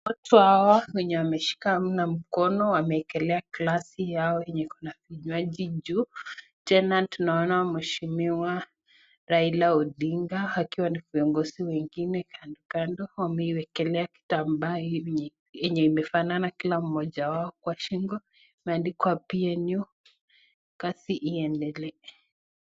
Watu hawa wenye wameshikana mkono wameekelea glasi yao yenye iko na kinywaji juu, tena tunaona mheshimiwa Raila Odinga akiwa na viongozi wengine kando kandoo, wameiwekelea kitambaa yenye imefanana kila mmoja wao kwa shingo imeandikwa PNU kazi iendelee.